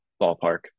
ballpark